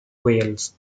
wales